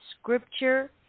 scripture